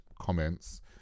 comments